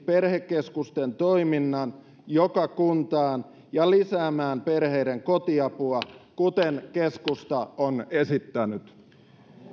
perhekeskusten toiminnan joka kuntaan ja lisäämään perheiden kotiapua kuten keskusta on esittänyt